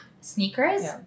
sneakers